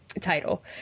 title